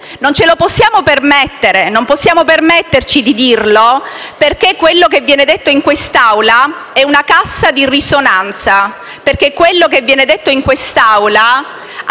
non ce lo possiamo permettere, non possiamo permetterci di dirlo, perché quello che viene detto in quest'Aula è una cassa di risonanza, perché quello che viene detto in quest'Aula